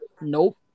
Nope